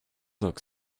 look